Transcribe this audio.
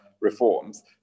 reforms